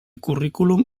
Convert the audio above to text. currículum